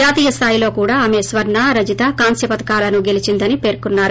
జాతీయ స్థాయిలో కూడా ఆమె స్వర్ణ రజిత కాంశ్వ పతకాలను గెలిచిందని పేర్కొన్నారు